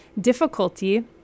difficulty